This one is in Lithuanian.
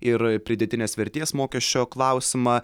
ir pridėtinės vertės mokesčio klausimą